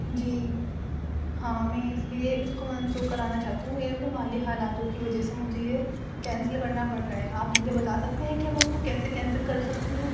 جی ہاں میں اس لیے اس کو منسوخ کرانا چاہتی ہوں میرے کہ مالی حالاتوں کی وجہ سے مجھے یہ کینسل کرنا پڑ رہا ہے آپ مجھے بتا سکتے ہیں کہ میں اس کو کیسے کینسل کر سکتی ہوں